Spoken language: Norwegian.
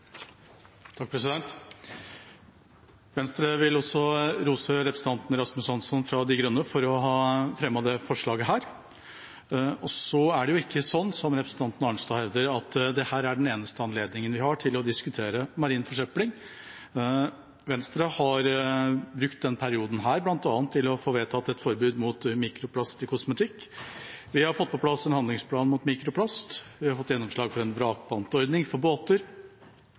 Venstre vil rose representanten Rasmus Hansson fra De Grønne for å ha fremmet dette forslaget. Det er jo ikke slik som representanten Arnstad hevder, at dette er den eneste anledningen vi har til å diskutere marin forsøpling. Venstre har brukt denne perioden til bl.a. å få vedtatt et forbud mot mikroplast i kosmetikk. Vi har fått på plass en handlingsplan mot mikroplast. Vi har fått gjennomslag for en vrakpantordning for båter.